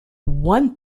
one